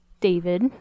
David